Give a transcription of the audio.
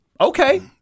okay